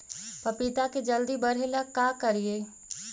पपिता के जल्दी बढ़े ल का करिअई?